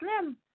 Slim